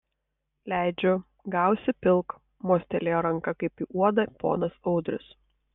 leidžiu gausi pilk mostelėjo ranka kaip į uodą ponas audrius